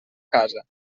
casa